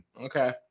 Okay